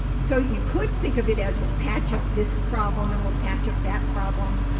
so you could think of it as we'll patch up this problem and we'll patch up that problem,